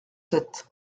sept